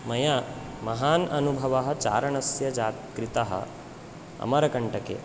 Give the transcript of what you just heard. मया महान् अनुभवः चारणस्य जा कृतः अमरकण्टके